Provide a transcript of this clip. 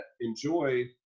enjoy